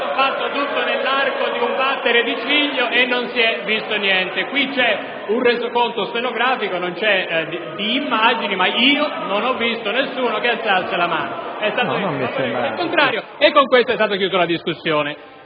fatto tutto nell'arco di un batter di ciglio e non si è visto niente. Qui c'è un resoconto stenografico, non di immagini, ma io non ho visto nessuno che alzasse la mano. È stato detto «favorevoli,